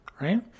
right